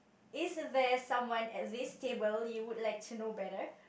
is there someone at this table you would like to know better